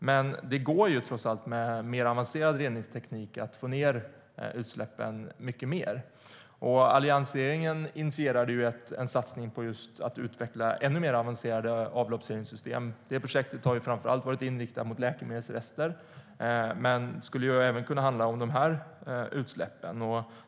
Med mer avancerad reningsteknik går det att få ned utsläppen mycket mer. Alliansregeringen initierade en satsning på att just utveckla ännu mer avancerade avloppsreningssystem. Det projektet har framför allt varit inriktat på läkemedelsrester men skulle även kunna handla om de här utsläppen.